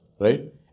Right